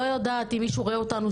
לא יודעת אם מישהו רואה אותנו,